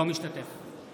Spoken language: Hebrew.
אינו משתתף בהצבעה